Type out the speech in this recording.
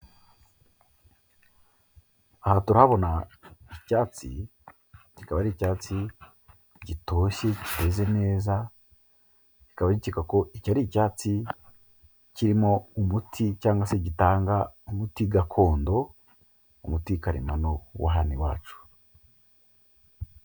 Aha turahabona icyatsi kikaba ari icyatsi gitoshye kimeze neza. Bikaba bikeka ko iki ari icyatsi kirimo umuti cyangwa se gitanga umuti gakondo, umuti karemano wa hano iwacu.